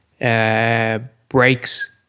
Breaks